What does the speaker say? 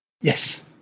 Yes